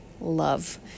love